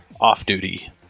off-duty